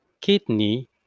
Kidney